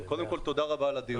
קודם כל, תודה רבה על הדיון.